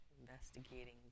Investigating